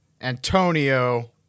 Antonio